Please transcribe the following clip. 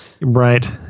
Right